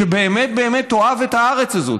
שבאמת באמת תאהב את הארץ הזאת,